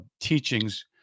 teachings